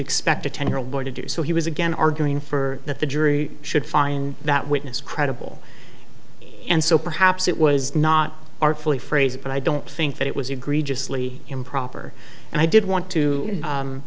expect a ten year old boy to do so he was again arguing for that the jury should find that witness credible and so perhaps it was not artfully phrase but i don't think that it was egregious lee improper and i did want to